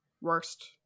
worst